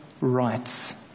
rights